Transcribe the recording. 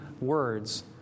words